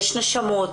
יש נשמות.